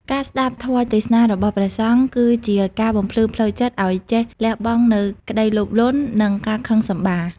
ការស្តាប់ធម៌ទេសនារបស់ព្រះសង្ឃ គឺជាការបំភ្លឺផ្លូវចិត្តឱ្យចេះលះបង់នូវក្តីលោភលន់ និងការខឹងសម្បារ។